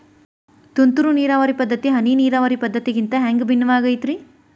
ತುಂತುರು ನೇರಾವರಿ ಪದ್ಧತಿ, ಹನಿ ನೇರಾವರಿ ಪದ್ಧತಿಗಿಂತ ಹ್ಯಾಂಗ ಭಿನ್ನವಾಗಿ ಐತ್ರಿ?